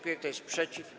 Kto jest przeciw?